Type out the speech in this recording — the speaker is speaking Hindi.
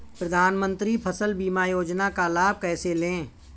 प्रधानमंत्री फसल बीमा योजना का लाभ कैसे लें?